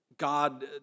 God